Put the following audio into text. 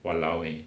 !walao! eh